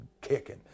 kicking